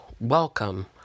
Welcome